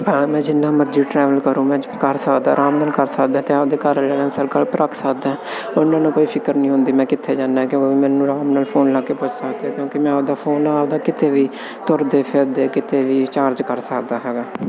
ਹਾਂ ਮੈਂ ਜਿੰਨਾ ਮਰਜ਼ੀ ਟਰੈਵਲ ਕਰੂੰ ਮੈਂ ਕਰ ਸਕਦਾ ਆਰਾਮ ਨਾਲ ਕਰ ਸਕਦਾ ਅਤੇ ਆਪਦੇ ਘਰ ਵਾਲਿਆਂ ਨਾਲ ਸੰਪਰਕ ਰੱਖ ਸਕਦਾ ਉਹਨਾਂ ਨੂੰ ਕੋਈ ਫਿਕਰ ਨਹੀਂ ਹੁੰਦੀ ਮੈਂ ਕਿੱਥੇ ਜਾਂਦਾ ਕਿਉਂਕਿ ਮੈਨੂੰ ਆਰਾਮ ਨਾਲ ਫੋਨ ਲਾ ਕੇ ਪੁੱਛ ਸਕਦੇ ਕਿਉਂਕਿ ਮੈਂ ਆਪਦਾ ਫੋਨ ਆਪਦਾ ਕਿਤੇ ਵੀ ਤੁਰਦੇ ਫਿਰਦੇ ਕਿਤੇ ਵੀ ਚਾਰਜ ਕਰ ਸਕਦਾ ਹੈਗਾ